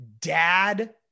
dad